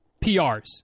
PRs